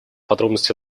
подробности